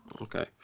Okay